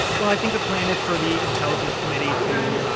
well, i think the plan is for the intelligence committee to.